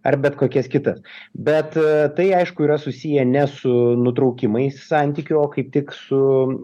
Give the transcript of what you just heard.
ar bet kokias kitas bet tai aišku yra susiję ne su nutraukimais santykių o kaip tik su